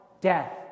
death